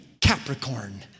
Capricorn